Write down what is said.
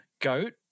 goat